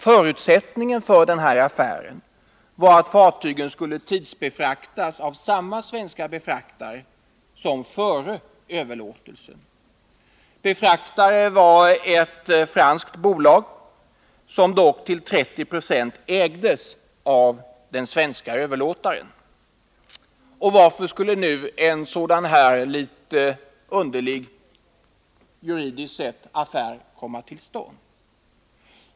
Förutsättningen för affären var att fartygen skulle tidsbefraktas av samma befraktare som före överlåtelsen. Befraktare var ett franskt bolag, som dock till 30 96 ägdes av den svenske överlåtaren. Varför skulle nu en sådan här, juridiskt sett litet komplicerad affär komma till stånd?